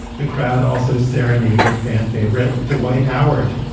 the crowd also serenaded fan favorite dwight howard,